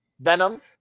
Venom